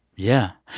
yeah.